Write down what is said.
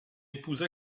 épouse